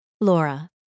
Laura